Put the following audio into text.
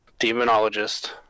demonologist